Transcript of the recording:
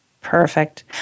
Perfect